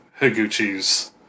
Higuchi's